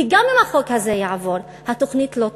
כי גם אם החוק הזה יעבור, התוכנית לא תעבור,